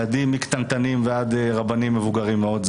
מילדים קטנטנים ועד רבנים מבוגרים מאוד.